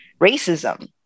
racism